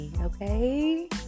okay